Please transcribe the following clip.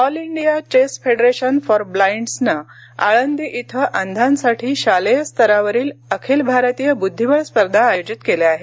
all India chess federation for ब्लाईंडसनं आऴंदी इथं अंधांसाठी शालेय स्तरावरील अखिल भारतीय बुद्धीबऴ स्पर्धा आयोजित केल्या आहेत